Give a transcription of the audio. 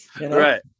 Right